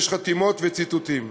יש חתימות וציטוטים.